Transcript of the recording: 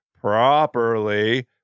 properly